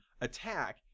attack